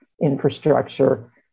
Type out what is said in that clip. infrastructure